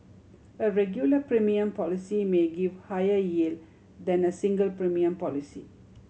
a regular premium policy may give higher yield than a single premium policy